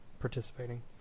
participating